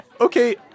Okay